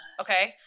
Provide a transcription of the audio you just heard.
Okay